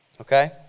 okay